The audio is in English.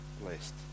blessed